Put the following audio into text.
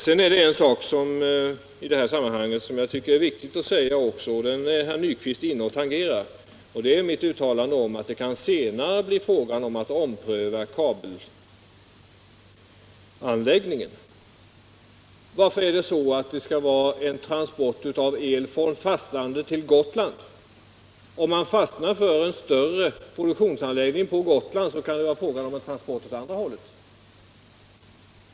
Sedan är det en sak i detta sammanhang som jag tycker också är viktig att beröra, och den har herr Nyquist tangerat, nämligen mitt uttalande att det senare kan bli fråga om att ompröva kabelanläggningen. Varför skall det vara transport av el från fastlandet till Gotland? Om man fastnar för en större produktionsanläggning på Gotland, kan det vara fråga om transport åt andra hållet.